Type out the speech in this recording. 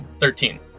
Thirteen